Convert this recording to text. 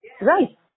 Right